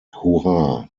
hurrah